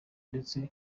ndetse